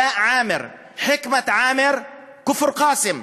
עלאא עאמר, חקמת עאמר, כפר-קאסם,